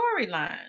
storyline